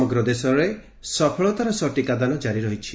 ସାରା ଦେଶରେ ସଫଳତାର ସହ ଟିକାଦାନ ଜାରି ରହିଛି